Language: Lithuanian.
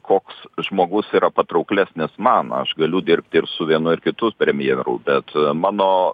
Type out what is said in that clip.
koks žmogus yra patrauklesnius man aš galiu dirbti ir su vienu ar kitu premjeru bet mano